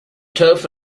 turf